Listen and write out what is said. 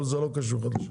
אבל זה לא קשור עכשיו.